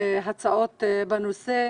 הצעות בנושא.